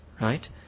right